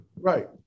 Right